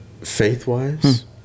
faith-wise